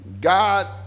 God